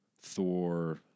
Thor